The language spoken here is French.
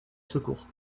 secours